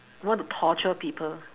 want to torture people